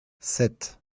sept